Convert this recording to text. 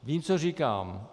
Vím, co říkám.